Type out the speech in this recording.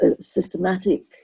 systematic